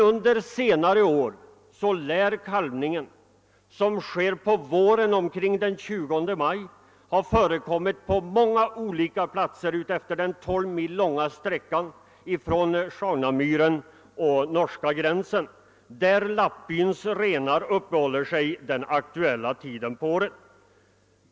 Under senare år lär kalvningen — som sker omkring den 20 maj — ha förekommit på många olika platser utefter den 12 mil långa sträckan mellan Sjaunjamyren och norska gränsen, där lappbyns renar uppehåller sig den aktuella tiden av året.